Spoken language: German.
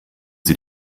sie